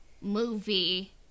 movie